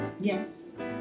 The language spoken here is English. Yes